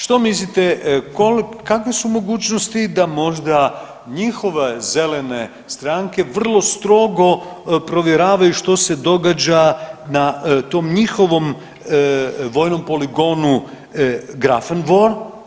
Što mislite kakve su mogućnosti da možda njihove zelene stranke vrlo strogo provjeravaju što se događa na tom njihovom vojnom poligonu Grafenvor?